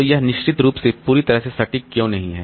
तो यह निश्चित रूप से पूरी तरह से सटीक क्यों नहीं है